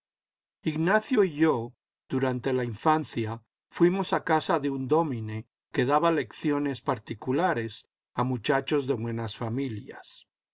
ignacio y yo durante la infancia fuimos a casa de un dómine que daba lecciones particulares a muchachos de buenas familias